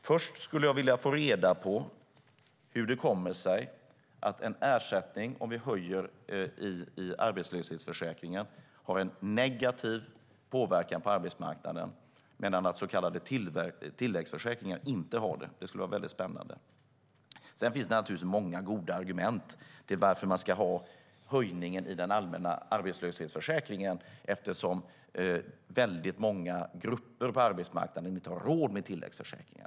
Först skulle jag vilja få reda på hur det kommer sig att en ersättning om vi höjer arbetslöshetsförsäkringen har en negativ påverkan på arbetsmarknaden, medan den så kallade tilläggsförsäkringen inte har det. Det skulle vara väldigt spännande att få reda på. Det finns naturligtvis många goda argument för varför man ska ha höjningen i den allmänna arbetslöshetsförsäkringen eftersom väldigt många grupper på arbetsmarknaden inte har råd med tilläggsförsäkringen.